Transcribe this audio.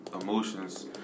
emotions